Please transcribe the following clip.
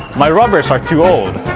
my rubbers are too old!